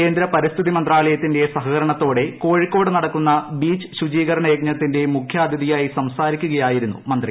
കേന്ദ്ര പരിസ്ഥിതി മന്ത്രാലയത്തിന്റെ സഹകരണത്തോടെ കോഴിക്കോട് നടക്കുന്ന ബീച്ച് ശുചീകരണ യജ്ഞത്തിന്റെ മുഖ്യാതിഥിയായി സംസാരിക്കുകയായിരുന്നു മന്ത്രി